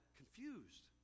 confused